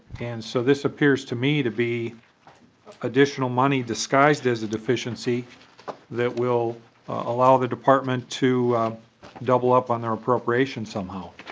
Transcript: and so this appears to me to be additional money disguised as a deficiency that will allow the department to double up on their appropriation somehow.